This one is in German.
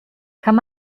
kann